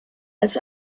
als